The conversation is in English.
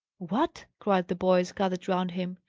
what? cried the boys, gathering round him.